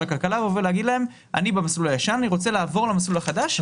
הכלכלה ולומר להם שהוא במסלול הישן והוא רוצה לעבור למסלול החדש.